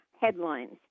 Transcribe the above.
Headlines